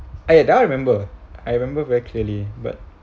ah ya that one I remember I remember very clearly but